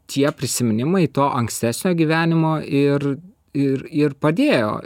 tie prisiminimai to ankstesnio gyvenimo ir ir ir padėjo